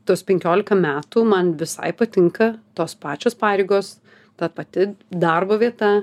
tuos penkiolika metų man visai patinka tos pačios pareigos ta pati darbo vieta